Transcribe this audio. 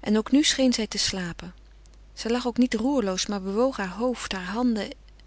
en ook nu scheen zij te slapen zij lag ook niet roerloos maar bewoog haar hoofd heur handen